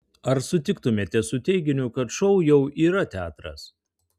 ar sutiktumėte su teiginiu kad šou jau yra teatras